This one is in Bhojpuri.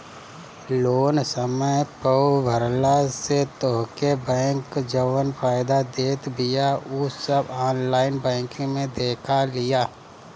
लोन समय पअ भरला से तोहके बैंक जवन फायदा देत बिया उ सब ऑनलाइन बैंकिंग में देखा देला